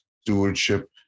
stewardship